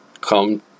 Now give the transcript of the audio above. come